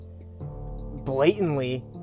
blatantly